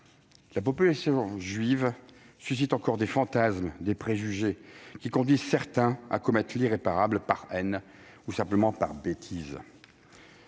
La population juive suscite encore des fantasmes, des préjugés, qui conduisent certains à commettre l'irréparable par haine ou simplement par bêtise.